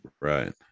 Right